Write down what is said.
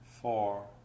four